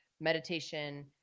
meditation